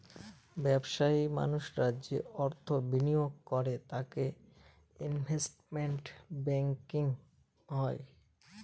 ব্যবসায়ী মানুষরা যে অর্থ বিনিয়োগ করে তা ইনভেস্টমেন্ট ব্যাঙ্কিং হয়